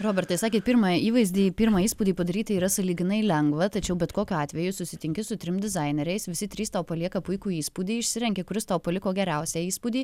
robertai sakėt pirmą įvaizdį pirmą įspūdį padaryti yra sąlyginai lengva tačiau bet kokiu atveju susitinki su trim dizaineriais visi trys tau palieka puikų įspūdį išsirenki kuris tau paliko geriausią įspūdį